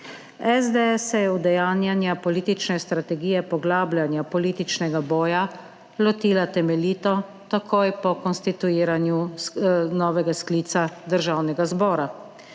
SDS se je udejanjanja politične strategije poglabljanja političnega boja lotila temeljito, takoj po konstituiranju novega sklica Državnega zbora.